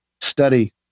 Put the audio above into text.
study